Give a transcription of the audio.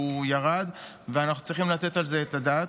הוא ירד ואנחנו צריכים לתת על זה את הדעת.